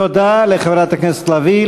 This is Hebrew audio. תודה לחברת הכנסת לביא.